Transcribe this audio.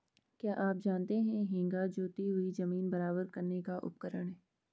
क्या आप जानते है हेंगा जोती हुई ज़मीन बराबर करने का उपकरण है?